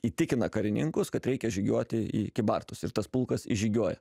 įtikina karininkus kad reikia žygiuoti į kybartus ir tas pulkas žygiuoja